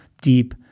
deep